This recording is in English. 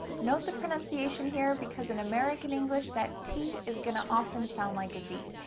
note the pronunciation here because in american english that t is going to often sound like a d.